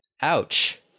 Ouch